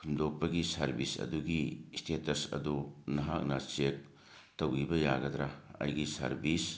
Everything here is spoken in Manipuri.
ꯍꯨꯟꯗꯣꯛꯄꯒꯤ ꯁꯥꯔꯕꯤꯁ ꯑꯗꯨꯒꯤ ꯏꯁꯇꯦꯇꯁ ꯑꯗꯨ ꯅꯍꯥꯛꯅ ꯆꯦꯛ ꯇꯧꯕꯤꯕ ꯌꯥꯒꯗ꯭ꯔꯥ ꯑꯩꯒꯤ ꯁꯥꯔꯕꯤꯁ